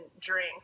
drink